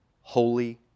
holy